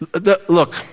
look